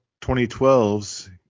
2012's